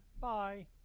bye